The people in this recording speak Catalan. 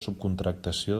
subcontractació